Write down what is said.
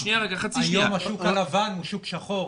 הערה אחת: היום השוק הלבן הוא שוק שחור.